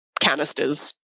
canisters